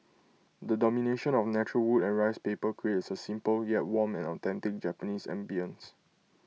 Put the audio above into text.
the domination of natural wood and rice paper creates A simple yet warm and authentic Japanese ambience